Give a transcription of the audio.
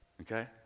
okay